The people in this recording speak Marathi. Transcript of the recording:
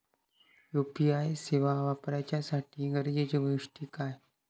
यू.पी.आय सेवा वापराच्यासाठी गरजेचे गोष्टी काय?